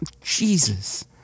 Jesus